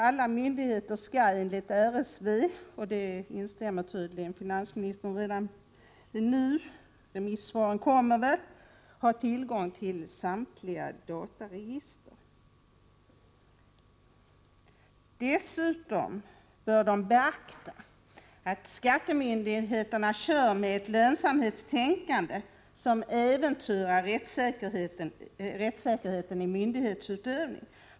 Alla myndigheter skall enligt RSV — det instämmer tydligen finansministern i redan nu, men remissvaren kommer väl — ha tillgång till samtliga dataregister. Dessutom bör man beakta att skattemyndigheterna kör med ett lönsamhetstänkande, som äventyrar rättssäkerheten i myndighetsutövningen.